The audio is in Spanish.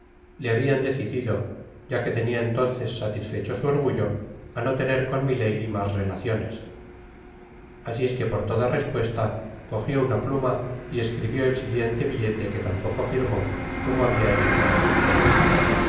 le habian decidido ya que tenia entonces satisfecho su orgullo á no tener con milady mas relaciones asi es que por toda respuesta cojió una pluma y escribió el siguiente billete que tampoco firmó como habia hecho con el anterior